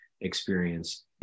experience